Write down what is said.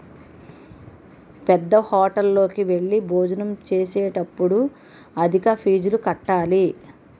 పేద్దహోటల్లోకి వెళ్లి భోజనం చేసేటప్పుడు అధిక ఫీజులు కట్టాలి